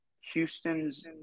Houston's